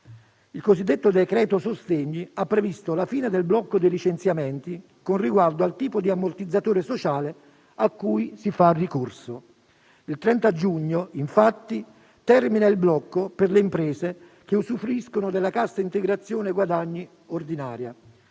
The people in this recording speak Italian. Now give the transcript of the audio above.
Il cosiddetto decreto sostegni ha previsto la fine del blocco dei licenziamenti, con riguardo al tipo di ammortizzatore sociale a cui si fa ricorso. Il 30 giugno, infatti, termina il blocco per le imprese che usufruiscono della CIG ordinaria;